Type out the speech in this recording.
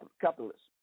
capitalists